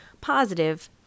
positive